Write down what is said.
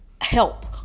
help